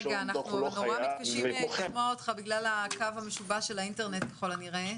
אנחנו מתקשים לשמוע אותך בגלל הקו המשובש של האינטרנט ככל הנראה.